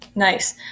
nice